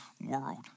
world